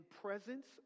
presence